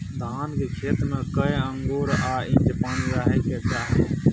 धान के खेत में कैए आंगुर आ इंच पानी रहै के चाही?